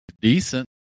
decent